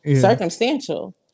circumstantial